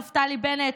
נפתלי בנט,